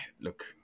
look